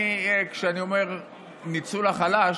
כשאני אומר "ניצול החלש",